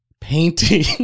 Painting